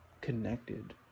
connected